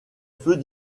feux